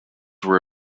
were